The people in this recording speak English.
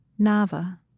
Nava